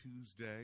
Tuesday